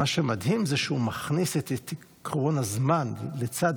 מה שמדהים זה שהוא מכניס את עקרון הזמן לצד